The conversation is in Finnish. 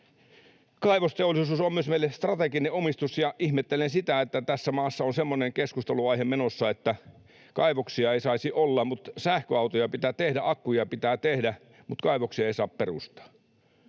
Kaivosteollisuus on myös meille strateginen omistus. Ja ihmettelen sitä, että tässä maassa on semmoinen keskustelunaihe menossa, että kaivoksia ei saisi olla mutta sähköautoja pitää tehdä. Akkuja pitää tehdä, mutta kaivoksia ei saa perustaa.